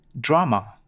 drama